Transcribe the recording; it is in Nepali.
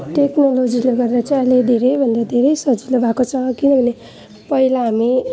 टेक्नोलोजीले गर्दा चाहिँ अहिले धेरैभन्दा धेरै सजिलो भएको छ किनभने पहिला हामी